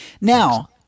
Now